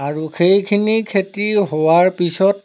আৰু সেইখিনি খেতি হোৱাৰ পিছত